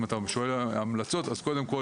אם אתה שואל על המלצות אז קודם כל